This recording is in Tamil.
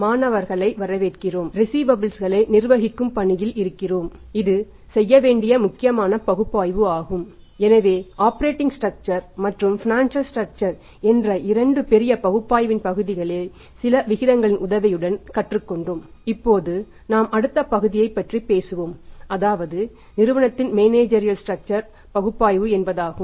மாணவர்களை வரவேற்கிறோம் ஸீவபல்ஸ் பகுப்பாய்வு என்பதாகும்